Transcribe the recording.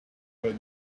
that